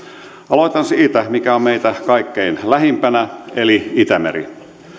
aloitan siitä mikä on meitä kaikkein lähimpänä eli itämerestä